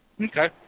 Okay